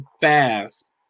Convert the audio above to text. fast